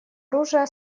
оружия